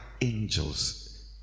angels